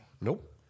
Nope